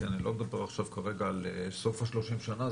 כי אני לא מדבר עכשיו כרגע על סוף ה-30 שנה,